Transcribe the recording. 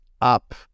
up